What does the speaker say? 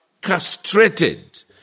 castrated